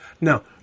Now